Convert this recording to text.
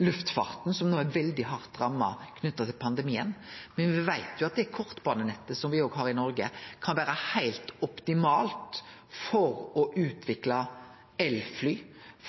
luftfarten, som no er veldig hardt ramma på grunn av pandemien, men me veit at det kortbanenettet som me har i Noreg, kan vere heilt optimalt for å utvikle elfly,